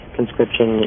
conscription